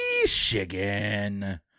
Michigan